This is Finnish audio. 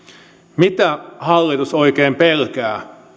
mitä hallitus oikein pelkää